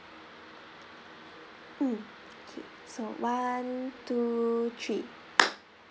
mm K so one two three